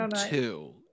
two